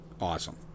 awesome